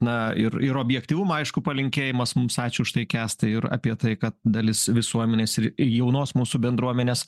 na ir ir objektyvumo aišku palinkėjimas mums ačiū už tai kęstai ir apie tai kad dalis visuomenės ir jaunos mūsų bendruomenės